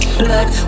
blood